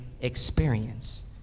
experience